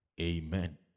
Amen